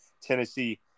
Tennessee